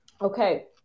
Okay